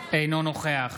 אינו נוכח